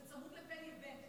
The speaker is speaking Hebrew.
זה צמוד ל"פן ירבה".